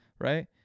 right